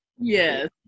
Yes